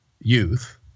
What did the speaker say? youth